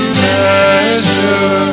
measure